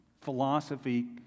philosophy